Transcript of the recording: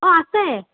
অঁ আছে